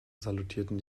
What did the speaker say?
salutierten